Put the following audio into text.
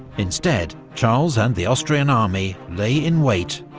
instead charles and the austrian army lay in wait,